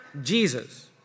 Jesus